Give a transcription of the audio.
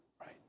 right